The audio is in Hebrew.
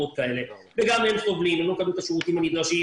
כזה וגם הן סובלות כי הן לא מקבלות את השירותים הנדרשים,